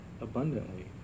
abundantly